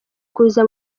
kuza